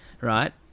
right